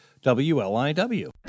WLIW